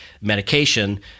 medication